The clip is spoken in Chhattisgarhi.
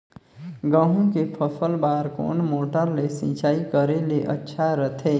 गहूं के फसल बार कोन मोटर ले सिंचाई करे ले अच्छा रथे?